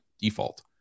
default